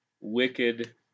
wicked